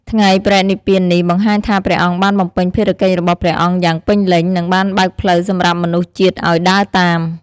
ថ្ងៃបរិនិព្វាននេះ បង្ហាញថាព្រះអង្គបានបំពេញភារកិច្ចរបស់ព្រះអង្គយ៉ាងពេញលេញ និងបានបើកផ្លូវសម្រាប់មនុស្សជាតិឱ្យដើរតាម។